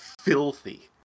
filthy